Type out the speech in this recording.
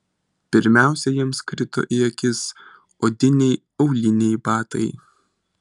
pirmiausia jiems krito į akis odiniai auliniai batai